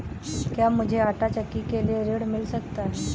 क्या मूझे आंटा चक्की के लिए ऋण मिल सकता है?